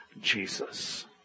Jesus